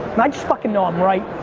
and i just fucking know i'm right.